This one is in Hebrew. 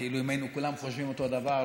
כאילו אם היינו כולם חושבים אותו דבר,